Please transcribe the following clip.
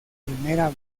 primera